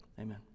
Amen